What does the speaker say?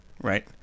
right